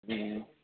ம் ம்